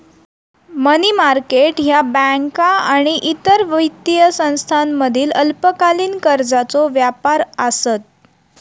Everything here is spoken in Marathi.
मनी मार्केट ह्या बँका आणि इतर वित्तीय संस्थांमधील अल्पकालीन कर्जाचो व्यापार आसत